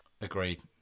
Agreed